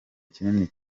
kinini